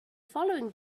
following